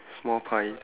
small pie